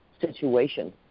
situation